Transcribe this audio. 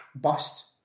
bust